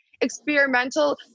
experimental